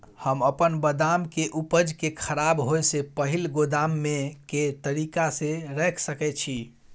हम अपन बदाम के उपज के खराब होय से पहिल गोदाम में के तरीका से रैख सके छी?